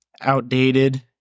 outdated